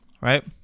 right